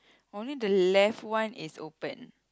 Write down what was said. only the left one is open